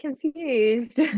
confused